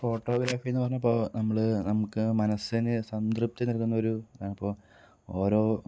ഫോട്ടോഗ്രാഫീന്ന് പറഞ്ഞപ്പോൾ നമ്മള് നമുക്ക് മനസ്സിന് സംതൃപ്തി നൽകുന്ന ഒര് ഇതാണിപ്പോൾ ഓരോ